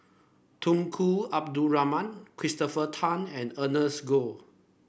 Tunku Abdul Rahman Christopher Tan and Ernest Goh